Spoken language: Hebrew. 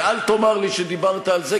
ואל תאמר לי שדיברת על זה,